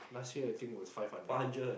last year I think was five hundred